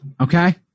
Okay